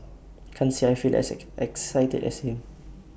can't say I feel as as excited as him